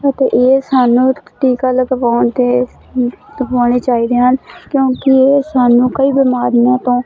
ਅਤੇ ਇਹ ਸਾਨੂੰ ਟੀਕਾ ਲਗਵਾਉਣ ਅਤੇ ਲਗਵਾਉਣੇ ਚਾਹੀਦੇ ਹਨ ਕਿਉਂਕਿ ਇਹ ਸਾਨੂੰ ਕਈ ਬਿਮਾਰੀਆਂ ਤੋਂ